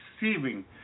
receiving